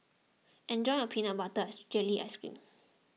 enjoy your Peanut Butter Jelly Ice Cream